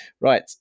right